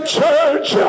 church